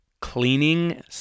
cleaning